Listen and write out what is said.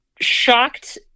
shocked